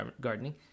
gardening